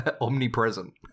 omnipresent